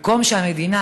במקום שהמדינה,